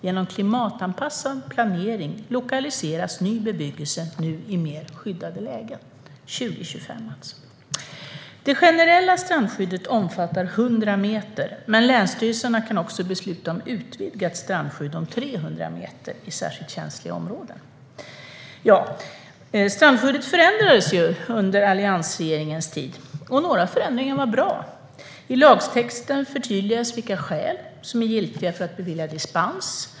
Genom klimatanpassad planering lokaliseras ny bebyggelse nu i mer skyddade lägen. Det generella strandskyddet omfattar 100 meter, men länsstyrelserna kan också besluta om utvidgat strandskydd om 300 meter i särskilt känsliga områden. Strandskyddet förändrades under alliansregeringens tid, och några förändringar var bra. I lagstiftningen förtydligas vilka skäl som är giltiga för beviljandet av dispens.